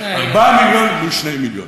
4 מיליון מול 2 מיליון.